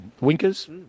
Winkers